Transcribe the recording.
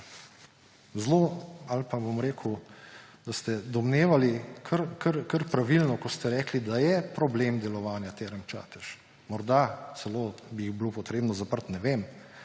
zelo, ali pa bom rekel, da ste domnevali kar pravilno, ko ste rekli, da je problem delovanja Term Čatež, morda celo bi jih bilo treba zapreti, ne vem,